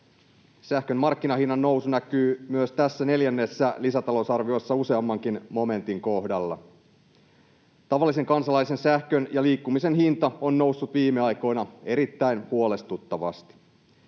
Sähkön markkinahinnan nousu näkyy myös tässä neljännessä lisätalousarviossa useammankin momentin kohdalla. Tavallisen kansalaisen sähkön ja liikkumisen hinta on noussut viime aikoina erittäin huolestuttavasti.